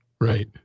Right